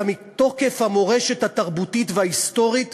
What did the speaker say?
אלא מתוקף המורשת התרבותית וההיסטורית,